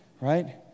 right